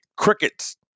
crickets